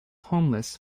homeless